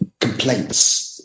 complaints